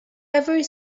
ever